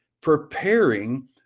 preparing